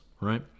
right